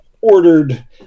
ordered